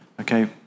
okay